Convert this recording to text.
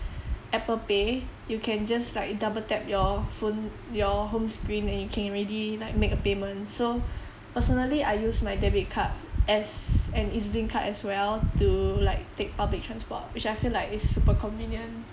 apple pay you can just like double tap your phone your home screen then you can already like make a payment so personally I use my debit card as an E_Z link card as well to like take public transport which I feel like is super convenient